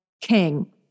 King